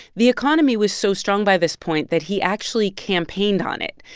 the economy was so strong by this point that he actually campaigned on it.